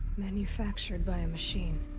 manufactured by a machine.